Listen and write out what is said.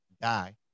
die